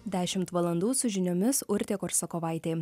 dešimt valandų su žiniomis urtė korsakovaitė